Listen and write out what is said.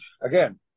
again